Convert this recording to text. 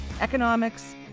economics